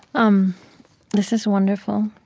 um this is wonderful.